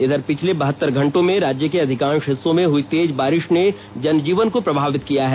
इघर पिछले बहत्तर घंटों में राज्य के अधिकांश हिस्सों में हुई तेज बारिश ने जन जीवन को प्रभावित किया है